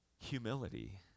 Humility